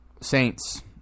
Saints